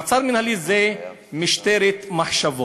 מעצר מינהלי זה משטרת מחשבות.